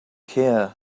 care